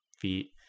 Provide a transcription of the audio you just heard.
feet